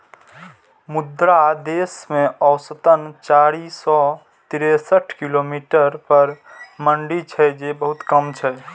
मुदा देश मे औसतन चारि सय तिरेसठ किलोमीटर पर मंडी छै, जे बहुत कम छै